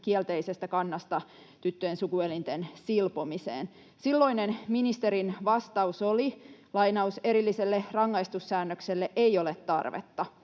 kielteisestä kannasta tyttöjen sukuelinten silpomiseen. Silloinen ministerin vastaus oli: ”Erilliselle rangaistussäännökselle ei ole tarvetta.”